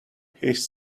his